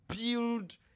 build